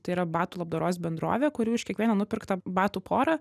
tai yra batų labdaros bendrovė kuri už kiekvieną nupirktą batų porą